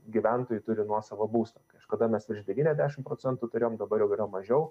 gyventojų turi nuosavą būstą kažkada mes virš devyniasdešim procentų turėjom dabar jau yra mažiau